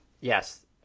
Yes